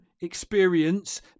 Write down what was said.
experience